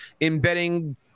embedding